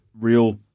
real